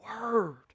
Word